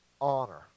honor